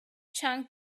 chunk